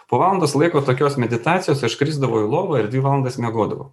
po valandos laiko tokios meditacijos aš krisdavau į lovą ir dvi valandas miegodavau